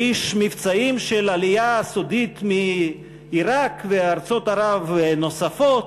לאיש מבצעים של העלייה הסודית מעיראק וארצות ערב נוספות,